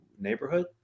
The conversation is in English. neighborhood